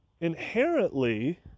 inherently